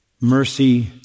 mercy